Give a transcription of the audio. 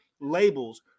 labels